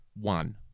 One